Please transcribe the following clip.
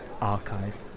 archive